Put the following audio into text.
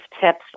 tips